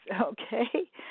okay